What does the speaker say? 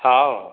ହଉ